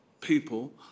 people